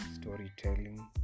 storytelling